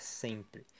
sempre